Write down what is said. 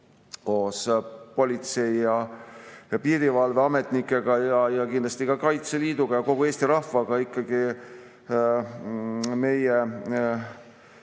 koos politsei- ja piirivalveametnikega, kindlasti ka Kaitseliiduga ja kogu Eesti rahvaga ikkagi meie